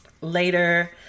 later